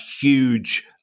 huge